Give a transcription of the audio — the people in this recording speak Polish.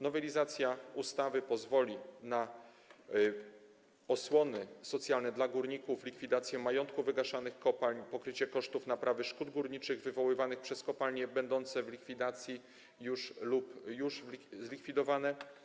Nowelizacja ustawy pozwoli na osłony socjalne dla górników, likwidację majątku wygaszanych kopalń, pokrycie kosztów naprawy szkód górniczych wywoływanych przez kopalnie będące w likwidacji lub już zlikwidowane.